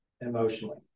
emotionally